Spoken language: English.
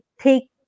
take